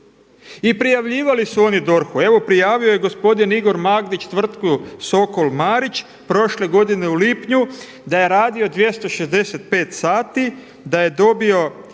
I prijavljivali su oni DORH-u, evo prijavio je gospodin Igor Magdić tvrtku Sokol Marić, prošle godine u lipnju da je radio 265 sati, da je dobio